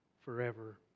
forever